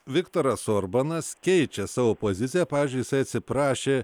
viktoras orbanas keičia savo poziciją pavyzdžiui jisai atsiprašė